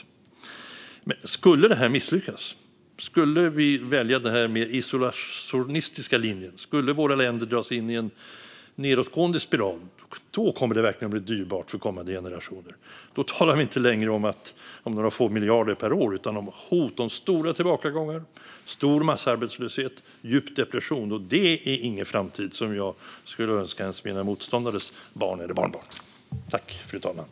Om det här skulle misslyckas, om vi skulle välja den mer isolationistiska linjen så att våra länder dras in i en nedåtgående spiral kommer det verkligen att bli dyrbart för kommande generationer. Då talar vi inte längre om några få miljarder per år utan om hot om stora tillbakagångar, stor massarbetslöshet och djup depression. Det är ingen framtid som jag skulle önska ens mina motståndares barn eller barnbarn.